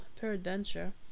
peradventure